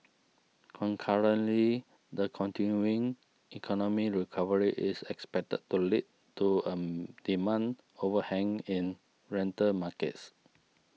concurrently the continuing economic recovery is expected to lead to a demand overhang in rental markets